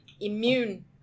immune